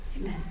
Amen